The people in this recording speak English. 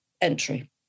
entry